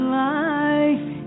life